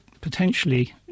potentially